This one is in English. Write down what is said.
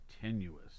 tenuous